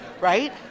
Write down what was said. right